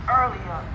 earlier